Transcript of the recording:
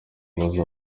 imbabazi